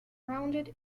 rounded